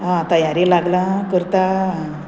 आं तयारी लागला करता आं